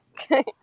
okay